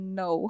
no